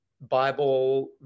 Bible